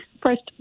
first